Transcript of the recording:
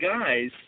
guys